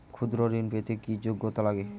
ক্ষুদ্র ঋণ পেতে কি যোগ্যতা লাগে?